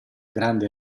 grande